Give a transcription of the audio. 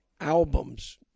albums